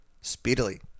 speedily